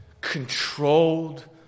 controlled